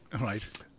Right